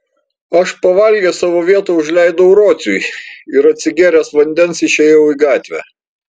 aš pavalgęs savo vietą užleidau rociui ir atsigėręs vandens išėjau į gatvę